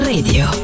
Radio